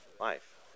life